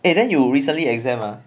eh then you recently exam ah